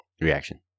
reaction